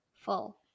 full